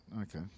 Okay